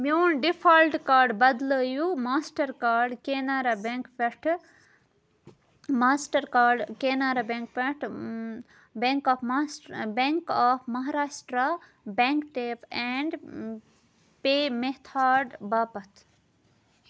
میون default card بدلٲیِو master card Canara bank پٮ۪ٹھٕ ماسٹر کاڈ کیٚنارا بیٚنٛک پٮ۪ٹھ bank of master bank of Maharashtra bank tap and pay method باپتھ